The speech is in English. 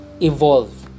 evolve